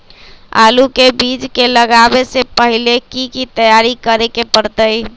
आलू के बीज के लगाबे से पहिले की की तैयारी करे के परतई?